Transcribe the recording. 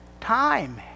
time